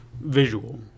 visual